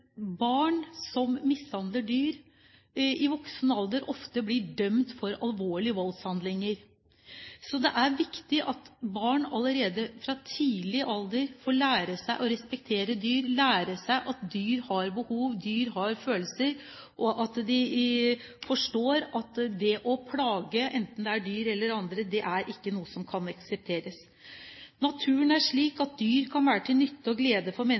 barn som mishandler dyr, i voksen alder ofte blir dømt for alvorlige voldshandlinger. Så det er viktig at barn allerede fra tidlig alder lærer seg å respektere dyr, lærer seg at dyr har behov, dyr har følelser, og at de forstår at det å plage enten det er dyr eller andre ikke kan aksepteres. Naturen er slik at dyr kan være til nytte og glede for